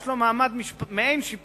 ויש לו מעמד מעין-שיפוטי,